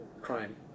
crime